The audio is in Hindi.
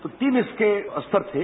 तो तीन इसके स्तर थे